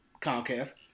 Comcast